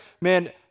man